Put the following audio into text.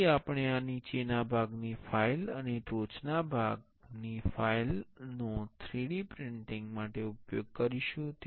તેથી આપણે આ નીચેના ભાગની ફાઇલ અને ટોચના ભાગની ફાઇલ નો 3D પ્રિન્ટિંગ માટે ઉપયોગ કરીશું